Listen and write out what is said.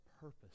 purpose